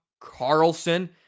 Carlson